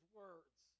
words